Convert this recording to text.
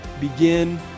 begin